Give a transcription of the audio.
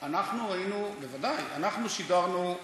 בוודאי, אנחנו שידרנו.